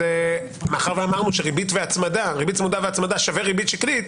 מאחר ואמרנו שריבית צמודה והצמדה בדרך כלל שווה ריבית שקלית